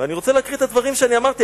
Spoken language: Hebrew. אני רוצה להקריא את הדברים שאמרתי,